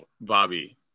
Bobby